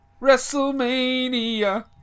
wrestlemania